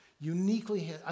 Uniquely